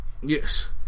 Yes